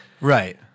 Right